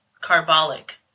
Carbolic